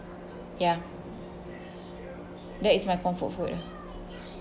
ya that is my comfort food ah